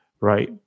right